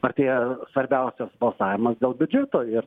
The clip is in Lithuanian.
artėja svarbiausias balsavimas dėl biudžeto ir